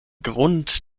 grund